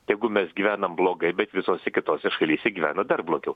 tegu mes gyvenam blogai bet visose kitose šalyse gyvena dar blogiau